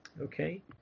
okay